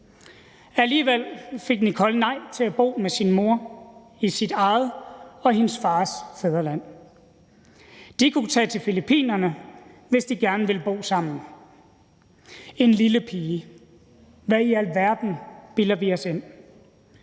Alligevel fik Nicole nej til at bo med sin mor i sit eget og hendes fars fædreland. De kunne tage til Filippinerne, hvis de gerne ville bo sammen. En lille pige! Hvad i alverden bilder vi os ind?